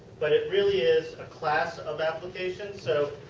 but it really is a class of applications. so,